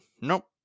Nope